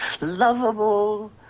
lovable